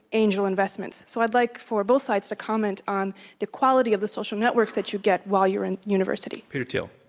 angel investments. so i'd like for both sides to comment on the quality of the social networks that you get while you're in university. peter thiel.